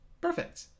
Perfect